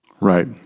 Right